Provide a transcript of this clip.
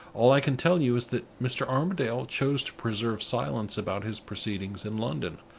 all i can tell you is that mr. armadale chose to preserve silence about his proceedings in london,